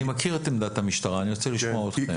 אני מכיר את עמדת המשטרה, אני רוצה לשמוע אותכם.